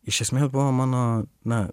iš esmė buvo mano na